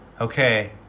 Okay